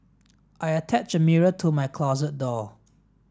I attached a mirror to my closet door